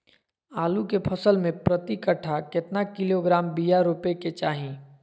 आलू के फसल में प्रति कट्ठा कितना किलोग्राम बिया रोपे के चाहि?